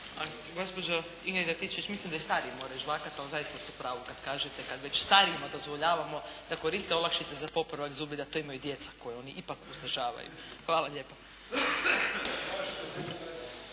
Gospođo Ingrid Antičević, mislim da i stariji moraju žvakati, ali zaista ste u pravu kad kažete kad već starijima dozvoljavamo da koriste olakšice za popravak zubi da to imaju i djeca koju oni ipak uzdržavaju. Hvala lijepa.